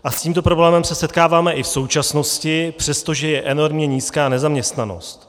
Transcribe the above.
S tímto problémem se setkáváme i v současnosti, přestože je enormně nízká nezaměstnanost.